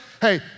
Hey